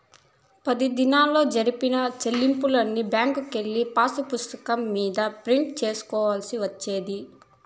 పది దినాల్లో జరిపిన సెల్లింపుల్ని బ్యాంకుకెళ్ళి పాసుపుస్తకం మీద ప్రింట్ సేసుకోవాల్సి వచ్చేది